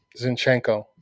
Zinchenko